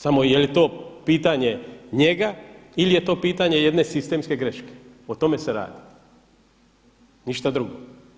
Samo je li to pitanje njega ili je to pitanje jedne sistemske greške o tome se radi, ništa drugo.